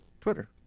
Twitter